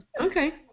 Okay